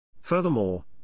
Furthermore